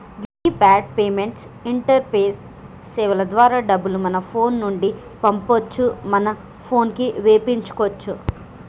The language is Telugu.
యూనిఫైడ్ పేమెంట్స్ ఇంటరపేస్ సేవల ద్వారా డబ్బులు మన ఫోను నుండి పంపొచ్చు మన పోనుకి వేపించుకోచ్చు